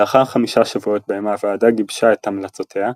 לאחר חמישה שבועות בהם הוועדה גיבשה את המלצותיה,